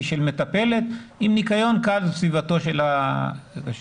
אלא של מטפלת עם ניקיון קל בסביבתו של הקשיש.